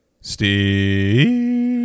Steve